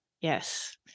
Yes